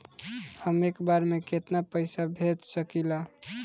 हम एक बार में केतना पैसा भेज सकिला?